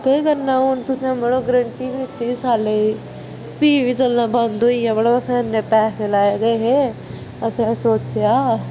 ते केह् करना हून तुसे मड़ो ग्रंटी बी दित्ती दी साले दी फिह् बी चलना बंद होई गेआ मड़ो असें इन्ने पैसै लाए दे असें सोचेआ हा